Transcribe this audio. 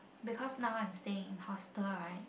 because now I'm staying in hostel right